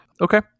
Okay